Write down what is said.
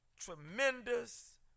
tremendous